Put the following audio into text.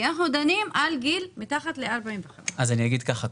כי אנחנו דנים על מתחת לגיל 45. אז אני אגיד ככה,